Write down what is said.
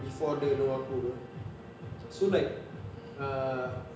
before dia know aku [pe] so like err